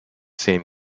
same